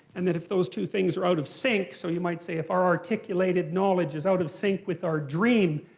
and that if those two things are out of sync, so you might say if our articulated knowledge is out of sync with our dream,